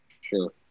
Sure